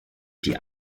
die